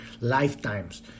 lifetimes